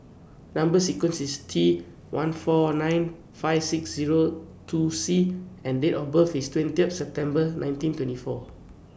Number sequence IS T one four nine five six Zero two C and Date of birth IS twentieth September nineteen twenty four